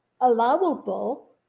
allowable